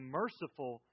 merciful